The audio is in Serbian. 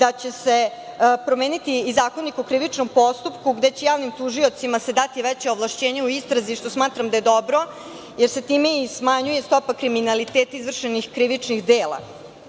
da će se promeniti i Zakonik o krivčičnom postupku gde će javnim tužiocima se dati veća ovlašćenja u istrazi, što smatram da je dobro, jer se time smanjuje i stopa kriminaliteta izvršenih krivičnih